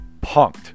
punked